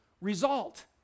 result